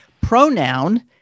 pronoun